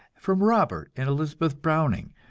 from robert and elizabeth browning,